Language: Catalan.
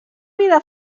vida